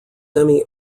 semi